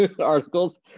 articles